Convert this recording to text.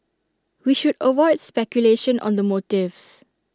we should avoid speculation on the motives